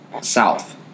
south